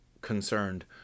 concerned